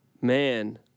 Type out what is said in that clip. Man